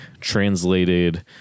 translated